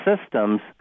systems